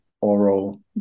oral